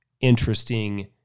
interesting